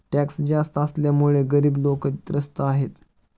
tax जास्त असल्यामुळे गरीब लोकं त्रस्त आहेत